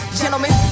gentlemen